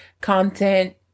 content